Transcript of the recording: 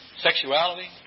sexuality